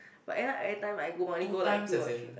but end up every time I go I only go like two or three time